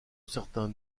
certains